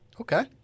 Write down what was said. Okay